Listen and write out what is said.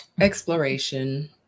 exploration